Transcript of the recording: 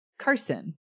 Carson